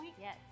yes